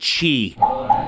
chi